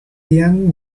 young